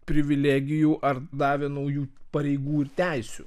privilegijų ar davė naujų pareigų ir teisių